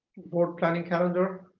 board planning calendar,